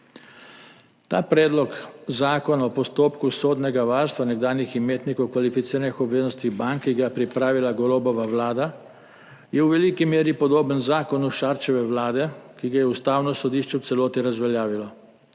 Ta predlog zakona o postopku sodnega varstva nekdanjih imetnikov kvalificiranih obveznosti bank, ki ga je pripravila Golobova vlada, je v veliki meri podoben zakonu Šarčeve vlade, ki ga je Ustavno sodišče v celoti razveljavilo.